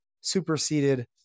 superseded